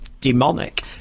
demonic